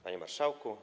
Panie Marszałku!